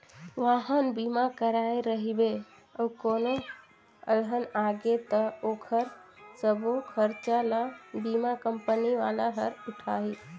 वाहन बीमा कराए रहिबे अउ कोनो अलहन आगे त ओखर सबो खरचा ल बीमा कंपनी वाला हर उठाही